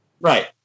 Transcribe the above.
Right